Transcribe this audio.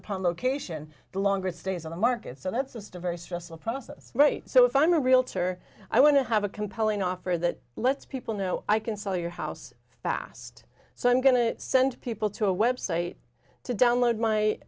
upon location the longer it stays in the market so that's just a very stressful process right so if i'm a realtor i want to have a compelling offer that lets people know i can sell your house fast so i'm going to send people to a website to download my